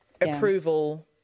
approval